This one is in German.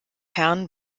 herrn